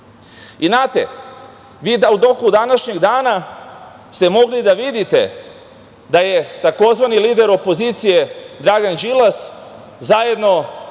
decu. Znate, u toku današnjeg dana ste mogli da vidite da je tzv. lider opozicije Dragan Đilas zajedno